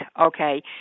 Okay